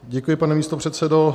Děkuji, pane místopředsedo.